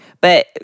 but-